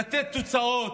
לתת תוצאות.